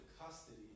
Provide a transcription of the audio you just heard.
custody